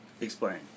Explain